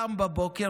גם בבוקר,